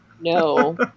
No